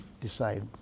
decide